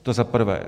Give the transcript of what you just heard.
To za prvé.